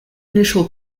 initial